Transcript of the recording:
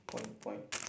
point point